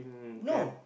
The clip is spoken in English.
no